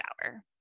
shower